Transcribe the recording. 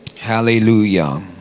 Hallelujah